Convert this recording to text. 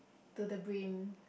to the brim